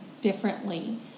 differently